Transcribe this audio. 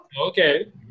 Okay